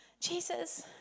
Jesus